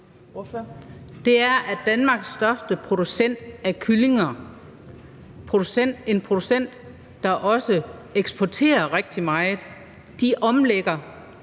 Det er, at Danmarks største producent af kyllinger – en producent, der også eksporterer rigtig meget – omlægger